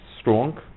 strong